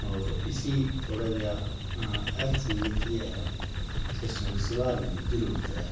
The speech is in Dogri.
होर इसी थोह्ड़ा जेहा हेल्थ जेह्की ऐ ओह् सिस्टम गी सधारने दी जरूरत हे